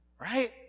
Right